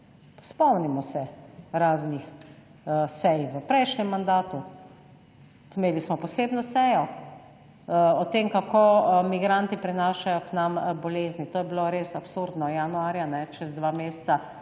Spomnimo se raznih sej v prejšnjem mandatu. Imeli smo posebno sejo o tem, kako migranti prinašajo k nam bolezni, to je bilo res absurdno, januarja, čez dva meseca